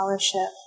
scholarship